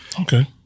Okay